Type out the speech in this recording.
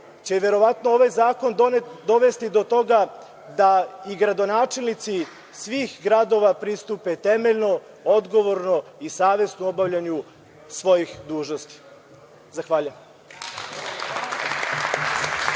će verovatno ovaj zakon dovesti do toga da i gradonačelnici svih gradova pristupe temeljno, odgovorno i savesno u obavljanju svojih dužnosti. Zahvaljujem.